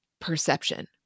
perception